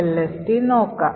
lst നോക്കാം